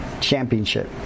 Championship